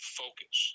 focus